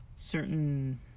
certain